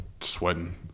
sweating